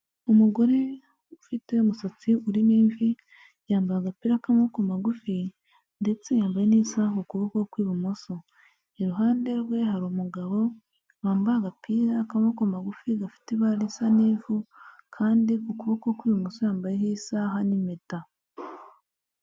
Umugore ufite umusatsi urimo imvi, yambaye agapira k'amaboko magufi, ndetse yambaye n'isaha ku kuboko kw'ibumoso, iruhande rwe hari umugabo wambaye agapira k'amaboko magufi gafite ibara risa n'ivu, kandi ku kuboko kw'ibumoso yambaye isaha n'impeta.